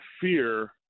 fear